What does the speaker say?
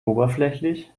oberflächlich